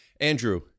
Andrew